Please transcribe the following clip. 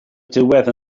diwedd